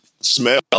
smell